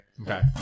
Okay